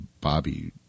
Bobby